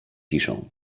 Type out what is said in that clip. piszą